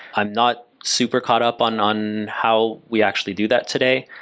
i'm not super caught up on on how we actually do that today.